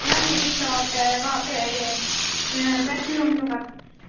میم میری شاپ ہے وہاں پر آئیے ویسٹ نور نگر